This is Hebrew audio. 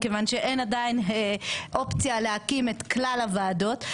מכיוון שאין עדיין אופציה להקים את כלל הוועדות,